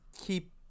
keep